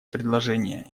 предложение